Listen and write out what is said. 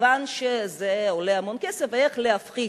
מכיוון שזה עולה המון כסף, איך להפחית,